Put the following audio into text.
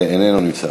איננו נמצא,